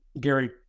Gary